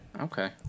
Okay